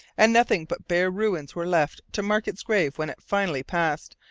and nothing but bare ruins were left to mark its grave when it finally passed,